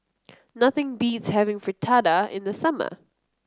nothing beats having Fritada in the summer